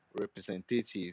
representative